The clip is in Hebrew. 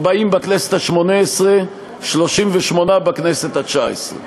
40 בכנסת השמונה-עשרה, 38 בכנסת התשע-עשרה.